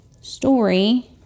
story